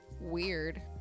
weird